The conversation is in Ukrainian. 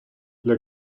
для